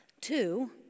Two